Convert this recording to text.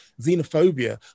xenophobia